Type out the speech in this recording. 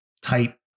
type